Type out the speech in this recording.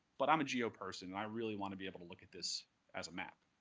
but i'm a geo person. i really want to be able to look at this as a map.